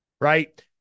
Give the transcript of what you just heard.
right